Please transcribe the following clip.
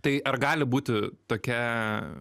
tai ar gali būti tokia